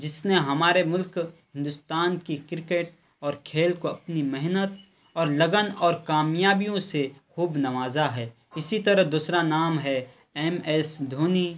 جس نے ہمارے ملک ہندوستان کی کرکٹ اور کھیل کو اپنی محنت اور لگن اور کامیابیوں سے خوب نوازا ہے اسی طرح دوسرا نام ہے ایم ایس دھونی